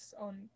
on